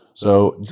so,